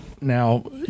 now